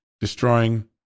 destroying